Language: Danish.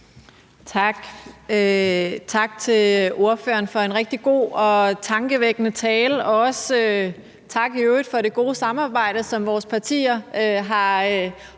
Tak til ordføreren for en rigtig god og tankevækkende tale, og i øvrigt også tak for det rigtig gode samarbejde, som vores partier har oparbejdet.